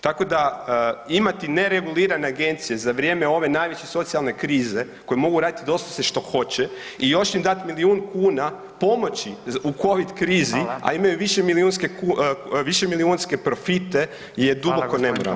Tako da imati neregulirane agencije za vrijeme ove najveće socijalne krize koju mogu raditi doslovce što hoće i još im dati milijun kuna pomoći u covid krizi, a imaju više milijunske profite je duboko nemoralno.